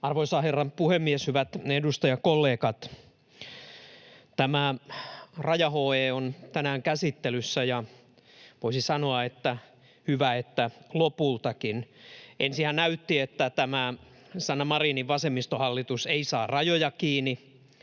Arvoisa herra puhemies! Hyvät edustajakollegat! Raja-HE on tänään käsittelyssä, ja voisi sanoa, että hyvä, että lopultakin. Ensinhän näytti, että tämä Sanna Marinin vasemmistohallitus ei saa rajoja kiinni,